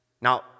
now